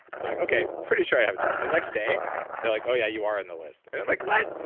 so i'm like okay, pretty sure i have a job. the next day they're like, oh yeah, you are on the list. and i'm like, what?